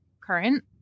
current